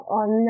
on